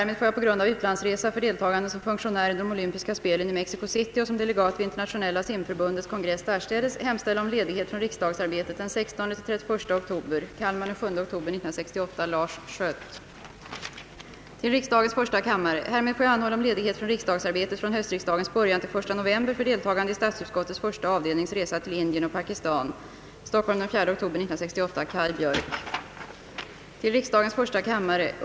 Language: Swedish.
Härmed får jag på grund av utlandsresa — för deltagande som funktionär i de olympiska spelen i Mexico City och som delegat vid Internationella Simförbundets kongress därstädes — hemställa om ledighet från riksdagsarbetet den 16—den 31 oktober. Härmed får jag anhålla om ledighet från riksdagsarbetet från höstriksdagens början till den 1 november för deltagande i statsutskottets första avdelnings resa till Indien och Pakistan.